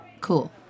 cool